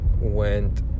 Went